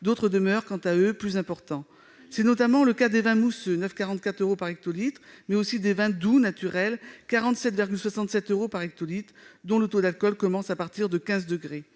d'autres demeurent, quant à eux, plus importants. C'est notamment le cas des vins mousseux, 9,44 euros par hectolitre, mais aussi des vins doux naturels, 47,67 euros par hectolitre, dont le taux d'alcool commence à partir de quinze degrés.